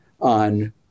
on